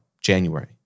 January